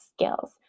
skills